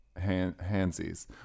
handsies